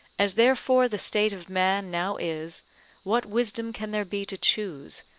as therefore the state of man now is what wisdom can there be to choose,